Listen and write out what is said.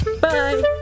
Bye